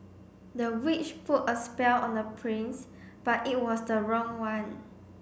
the witch put a spell on the prince but it was the wrong one